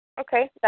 Okay